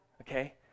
okay